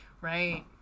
right